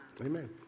Amen